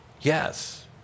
Yes